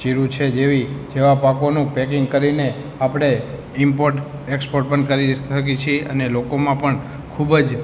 જીરું છે જેવી જેવા પાકોનું પૅકિંગ કરીને આપણે ઈમ્પોર્ટ એક્ષપોર્ટ પણ કરી શકીએ છીએ અને લોકોમાં પણ ખૂબ જ